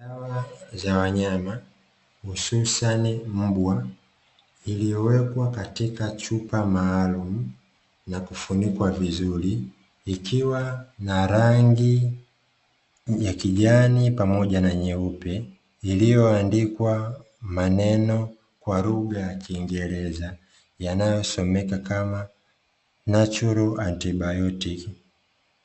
Dawa za wanyama hususani mbwa, iliyowekwa katika chupa maalumu na kufunikwa vizuri, ikiwa na rangi ya kijani pamoja na nyeupe, iliyoandikwa maneno kwa lugha ya kiingereza yanayosomeka kama natural antibiotic